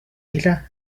isla